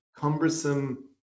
cumbersome